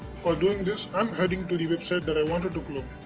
for doing this i'm heading to the website that i wanted to clone